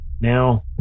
now